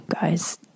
guys